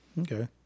Okay